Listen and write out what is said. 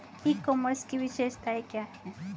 ई commerce की विशेषताएं क्या हैं?